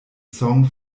song